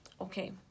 okay